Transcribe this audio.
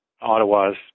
Ottawa's